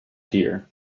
dear